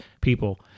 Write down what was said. people